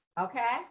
Okay